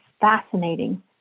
fascinating